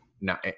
now